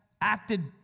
acted